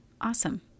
Awesome